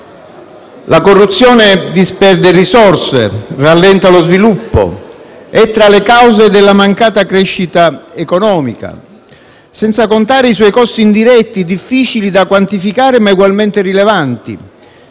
La corruzione disperde risorse, rallenta lo sviluppo, è tra le cause della mancata crescita economica. Senza contare i suoi costi indiretti, difficili da quantificare ma ugualmente rilevanti.